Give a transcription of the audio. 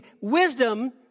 Wisdom